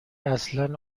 اصلا